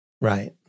right